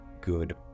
good